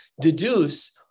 deduce